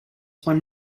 won